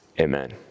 Amen